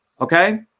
okay